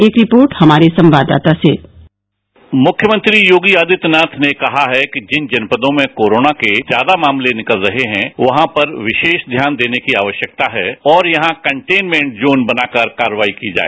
एक रिपोर्ट हमारे संवाददाता से मुख्यमंत्री योगी आदित्यनाथ ने कहा है कि जिन जनपदों में कोरोना के ज्यादा मामले निकल रहे हैं वहां पर विशेष ध्यान देने की आवश्यकता है और यहां कंटेनमेंट जोन बनाकर कार्रवाई की जाए